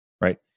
Right